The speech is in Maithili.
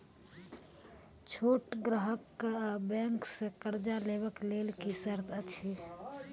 छोट ग्राहक कअ बैंक सऽ कर्ज लेवाक लेल की सर्त अछि?